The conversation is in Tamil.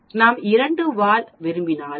நாம் இரண்டு வால் விரும்பினால் பின்னர் நான் 0